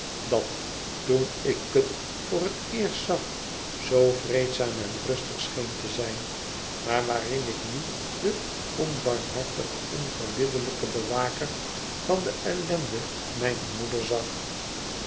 dat toen ik het voor het eerst zag zoo vreedzaam en rustig scheen te zijn maar waarin ik nu den onbarmhartigen onverbiddelijken bewaker van de ellende mijner moeder zag